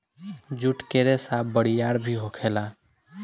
जुट के रेसा बरियार भी होखेला